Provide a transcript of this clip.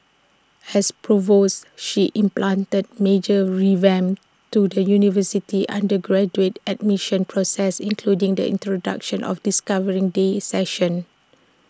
as provost she implemented major revamps to the university's undergraduate admission process including the introduction of discovery day sessions